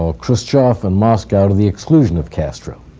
ah khrushchev and moscow to the exclusion of castro.